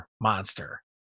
monster